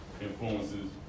influences